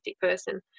person